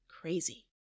crazy